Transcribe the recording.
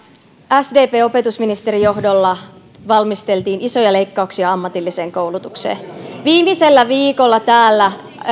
sdpn opetusministerin johdolla valmisteltiin isoja leikkauksia ammatilliseen koulutukseen viimeisellä viikolla täällä